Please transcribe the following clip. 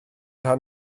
rhan